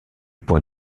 point